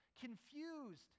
confused